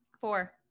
Four